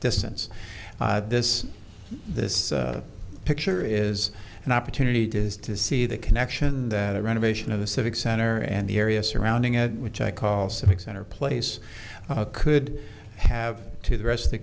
distance this this picture is an opportunity to is to see the connection that renovation of the civic center and the area surrounding it which i call civic center place could have to the rest of the